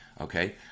okay